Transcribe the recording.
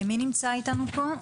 מי נמצא איתנו פה?